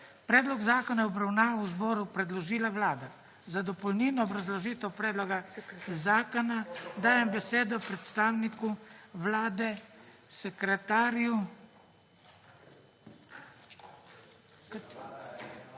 Predlog zakona je v obravnavo zboru predložila Vlada. Za dopolnilno obrazložitev predloga zakona dajem besedo predstavnici vlade Alenki